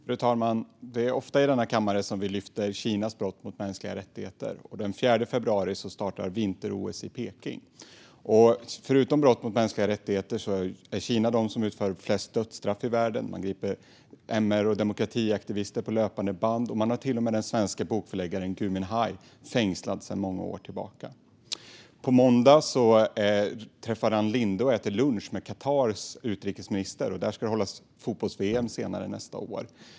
Fru talman! Det är ofta i denna kammare som vi tar upp Kinas brott mot mänskliga rättigheter. Den 4 februari startar vinter-OS i Peking. Förutom brott mot mänskliga rättigheter är Kina det land som utför flest dödsstraff i världen. Man griper MR och demokratiaktivister på löpande band. Man har till och med den svenske bokförläggaren Gui Minhai fängslad sedan många år tillbaka. På måndag ska Ann Linde träffa och äta lunch med Qatars utrikesminister. I Qatar ska fotbolls-VM hållas senare nästa år.